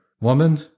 Woman